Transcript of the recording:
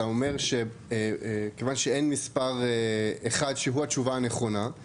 אתה אומר שכיוון שאין מספר אחד שהוא התשובה הנכונה,